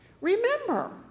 remember